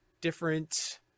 different